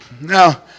Now